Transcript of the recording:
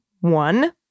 one